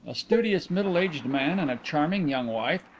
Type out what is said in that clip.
a studious middle-aged man and a charming young wife!